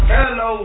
Hello